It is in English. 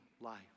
life